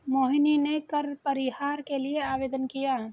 मोहिनी ने कर परिहार के लिए आवेदन किया